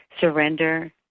Surrender